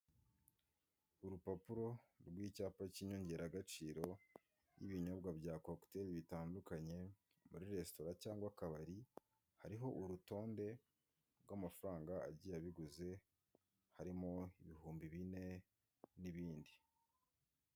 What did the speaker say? Urupapuro rw'icyapa cy'inyongeragaciro n'ibinyobwa byakokuteli bitandukanye, muri resitora cyangwa akabari, hariho urutonde rw'amafaranga agiye abiguze, harimo ibihumbi bine, n'ibindi.